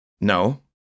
No